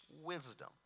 wisdom